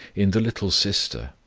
in the little sister,